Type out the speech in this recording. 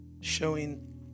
showing